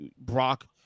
Brock